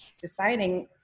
deciding